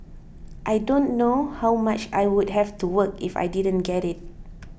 I don't know how much I would have to work if I didn't get it